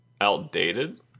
outdated